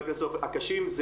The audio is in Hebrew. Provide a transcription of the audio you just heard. הקשים,